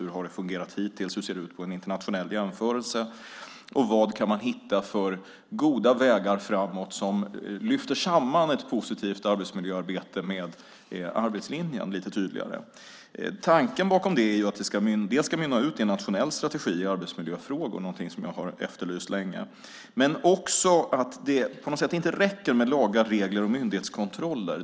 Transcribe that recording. Hur har det fungerat hittills? Hur ser det ut i en internationell jämförelse? Vad kan man hitta för goda vägar framåt som lyfter samman ett positivt arbetsmiljöarbete med arbetslinjen lite tydligare? Tanken bakom det är dels att det ska mynna ut i en nationell strategi i arbetsmiljöfrågor, någonting som jag har efterlyst länge, dels att det inte räcker med lagar, regler och myndighetskontroller.